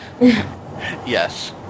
yes